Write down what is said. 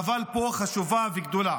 והאבל פה חשוב וגדול,